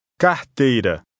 Carteira